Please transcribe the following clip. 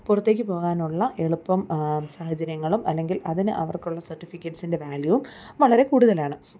പുറത്തേക്ക് പോകാനുള്ള എളുപ്പം സാഹചര്യങ്ങളും അല്ലെങ്കിൽ അതിന് അവർക്കുള്ള സർട്ടിഫിക്കറ്റ്സിൻ്റെ വാല്യുവും വളരെ കൂടുതലാണ്